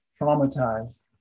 traumatized